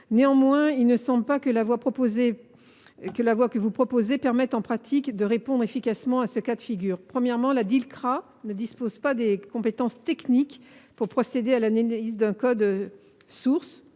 Néanmoins, il ne semble pas que la voie que vous proposez permette en pratique de répondre efficacement à ce cas de figure. Premièrement, la Dilcrah ne dispose pas des compétences techniques pour procéder à l’analyse du code source